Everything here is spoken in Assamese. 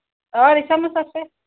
অঁ মিছা মাছ আছে